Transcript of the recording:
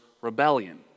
rebellion